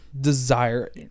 desire